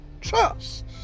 Trust